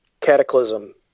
cataclysm